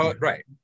right